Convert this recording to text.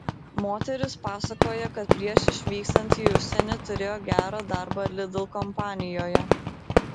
moteris pasakoja kad prieš išvykstant į užsienį turėjo gerą darbą lidl kompanijoje